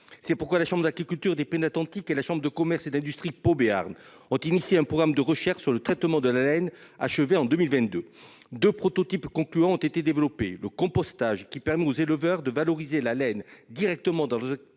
C'est pourquoi la chambre d'agriculture des pénates antique et la chambre de commerce et d'industrie de Pau Béarn ont initié un programme de recherche sur le traitement de la haine, achevée en 2022. 2 prototypes concluants ont été développés le compostage, qui permet aux éleveurs de valoriser la laine directement dans le,